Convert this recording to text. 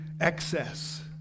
excess